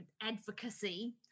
advocacy